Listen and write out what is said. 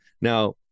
Now